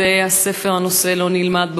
בבתי-הספר הנושא לא נלמד,